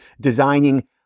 designing